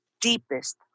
deepest